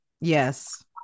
yes